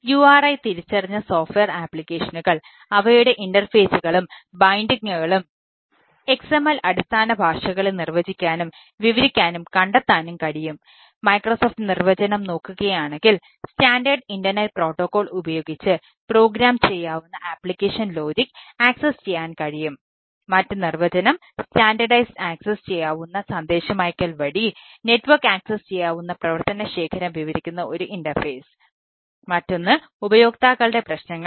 URI തിരിച്ചറിഞ്ഞ software ആപ്ലിക്കേഷനുകൾ ഘടകങ്ങൾ